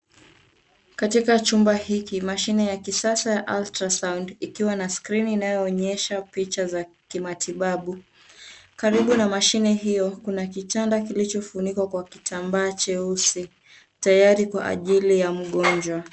Katika chumba hiki mashine ya kisasa ya cs[ultrasound]cs ikiwa na skrini inayoonyesha picha za kimatibabu. Karibu na mashine hiyo kuna kitanda kilichofunikwa kwa kitambaa cheusi tayari kwa ajili ya mgonjwa.